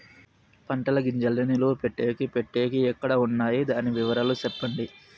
పంటల గింజల్ని నిలువ పెట్టేకి పెట్టేకి ఎక్కడ వున్నాయి? దాని వివరాలు సెప్పండి?